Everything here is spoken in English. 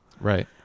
right